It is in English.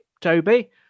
Toby